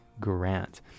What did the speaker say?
Grant